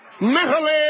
mentally